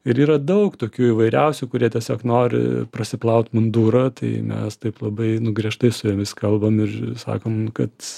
ir yra daug tokių įvairiausių kurie tiesiog nori prasiplaut mundurą tai mes taip labai griežtai su jomis kalbam ir sakom kad